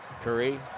Curry